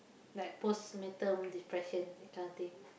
like postpartum depression that kind of thing